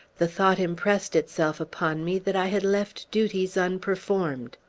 the thought impressed itself upon me that i had left duties unperformed.